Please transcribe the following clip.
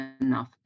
enough